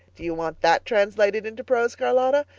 do you want that translated into prose, charlotta?